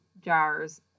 jars